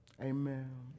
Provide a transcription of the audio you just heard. amen